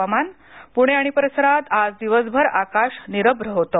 हवामान पुणे आणि परिसरात आज दिवसभर आकाश निरभ्र होतं